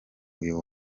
uyu